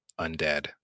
undead